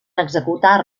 executar